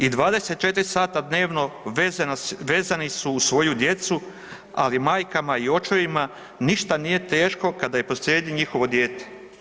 I 24 sata dnevno vezani su uz svoju djecu, ali majkama i očevima ništa nije teško kada je posrijedi njihovo dijete.